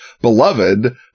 beloved